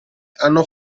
hanno